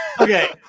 Okay